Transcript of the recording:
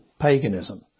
paganism